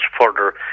further